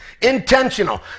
Intentional